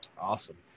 Awesome